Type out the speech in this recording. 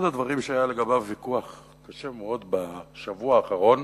אחד הדברים שהיה לגביו ויכוח קשה מאוד בשבוע האחרון